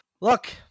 look